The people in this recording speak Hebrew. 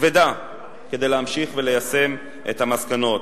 כבדה כדי להמשיך וליישם את המסקנות.